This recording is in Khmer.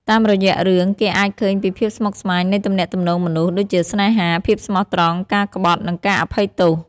តាមរយៈរឿង គេអាចឃើញពីភាពស្មុគស្មាញនៃទំនាក់ទំនងមនុស្ស ដូចជាស្នេហា ភាពស្មោះត្រង់ ការក្បត់ និងការអភ័យទោស។